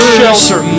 shelter